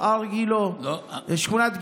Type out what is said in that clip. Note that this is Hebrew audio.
הר גילה, שכונת גילה.